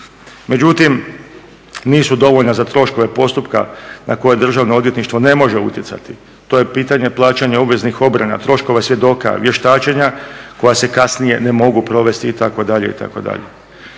Međutim, nisu dovoljna za troškove postupka na koje Državno odvjetništvo ne može utjecati. To je pitanje plaćanja obveznih obrana, troškova i svjedoka, vještačenja koja se kasnije ne mogu provesti itd.